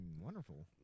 wonderful